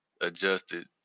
adjusted